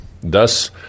Thus